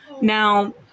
Now